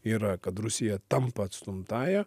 yra kad rusija tampa atstumtąja